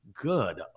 good